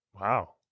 Wow